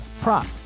prop